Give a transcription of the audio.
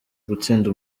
gutsinda